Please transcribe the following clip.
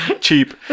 Cheap